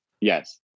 Yes